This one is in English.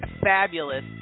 fabulous